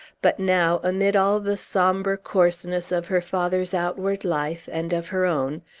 but now, amid all the sombre coarseness of her father's outward life, and of her own,